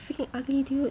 freaking ugly dude